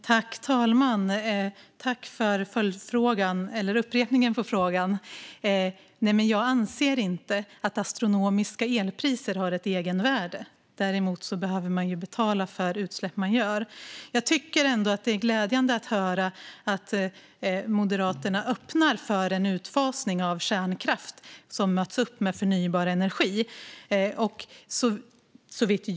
Herr talman! Jag anser inte att astronomiska elpriser har ett egenvärde. Man behöver däremot betala för utsläpp man gör. Jag tycker ändå att det är glädjande att höra att Moderaterna öppnar för en utfasning av kärnkraften, som möts upp med förnybar energi.